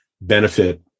benefit